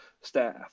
staff